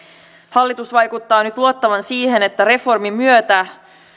hallitus vaikuttaa nyt luottavan siihen että reformin myötä